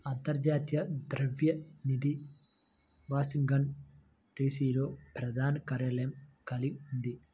అంతర్జాతీయ ద్రవ్య నిధి వాషింగ్టన్, డి.సి.లో ప్రధాన కార్యాలయం కలిగి ఉంది